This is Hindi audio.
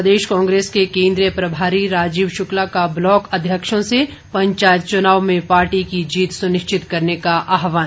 प्रदेश कांग्रेस के केन्द्रीय प्रभारी राजीव शुक्ला का ब्लॉक अध्यक्षों से पंचायत चुनाव में पार्टी की जीत सुनिश्चित करने का आहवान